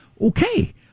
Okay